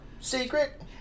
Secret